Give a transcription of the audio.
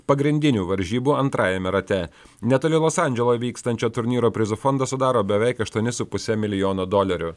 pagrindinių varžybų antrajame rate netoli los andželo vykstančio turnyro prizų fondą sudaro beveik aštuoni su puse milijono dolerių